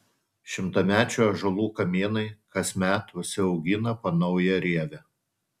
šimtamečių ąžuolų kamienai kasmet užsiaugina po naują rievę